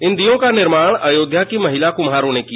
इन दीयों का निर्माण अयोध्या की महिला कुम्हारों ने किया